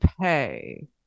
pay